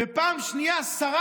ופעם שנייה שרה